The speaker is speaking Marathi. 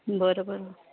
बरं बरं बरं